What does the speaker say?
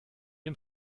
dem